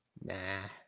Nah